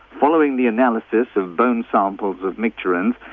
following the analysis of bone samples of micturans,